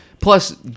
Plus